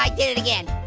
i did it again.